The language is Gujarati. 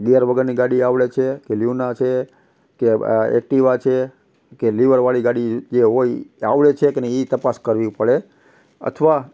ગેર વગરની ગાડી આવડે છે કે લ્યુના છે કે આ એક્ટીવા છે કે લીવર વાળી ગાડી જે હોય એ આવડે છે કે નહીં એ તપાસ કરવી પડે અથવા